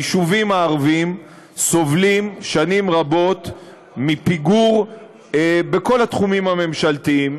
היישובים הערביים סובלים שנים רבות מפיגור בכל התחומים הממשלתיים,